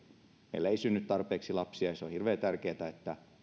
meillä ei synny tarpeeksi lapsia ja on hirveän tärkeätä että